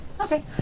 Okay